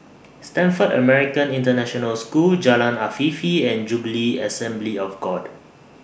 Stamford American International School Jalan Afifi and Jubilee Assembly of God